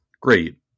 great